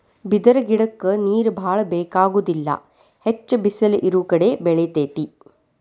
ಬಿದಿರ ಗಿಡಕ್ಕ ನೇರ ಬಾಳ ಬೆಕಾಗುದಿಲ್ಲಾ ಹೆಚ್ಚ ಬಿಸಲ ಇರುಕಡೆ ಬೆಳಿತೆತಿ